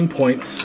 points